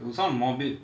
it will sound morbid